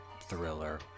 thriller